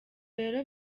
rero